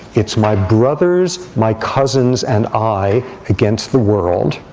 it's my brothers, my cousins, and i against the world.